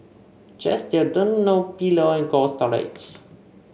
Chesdale Dunlopillo and Cold Storage